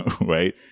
right